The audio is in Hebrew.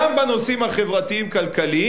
גם בנושאים החברתיים-כלכליים,